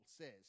says